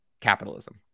Capitalism